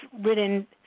written